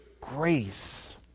grace